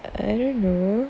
I don't know